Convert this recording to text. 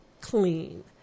clean